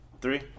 Three